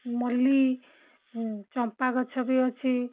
ମଲ୍ଲି ଚମ୍ପା ଗଛ ବି ଅଛି